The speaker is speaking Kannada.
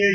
ಎಲ್